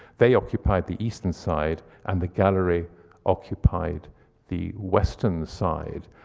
they occupied the eastern side, and the gallery occupied the western side.